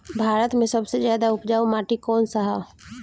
भारत मे सबसे ज्यादा उपजाऊ माटी कउन सा ह?